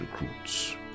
recruits